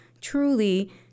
truly